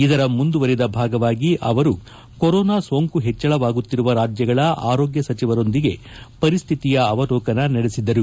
ಇದರ ಮುಂದುವರೆದ ಭಾಗವಾಗಿ ಅವರು ಕೊರೊನಾ ಸೋಂಕು ಪೆಚ್ಚಳವಾಗುತ್ತಿರುವ ರಾಜ್ಯಗಳ ಆರೋಗ್ಯ ಸಚಿವರೊಂದಿಗೆ ಪರಿಶ್ಠಿತಿಯ ಅವಲೋಕನ ನಡೆಸಿದು